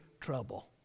trouble